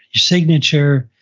signature,